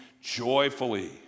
joyfully